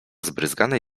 zbryzganej